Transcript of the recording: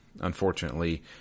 Unfortunately